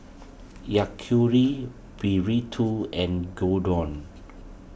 Burrito and Gyudon